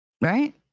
Right